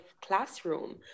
classroom